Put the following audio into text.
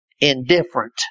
indifferent